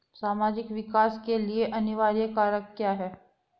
सामाजिक विकास के लिए अनिवार्य कारक क्या है?